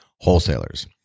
Wholesalers